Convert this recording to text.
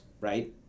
right